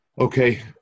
Okay